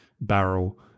barrel